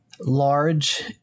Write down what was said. large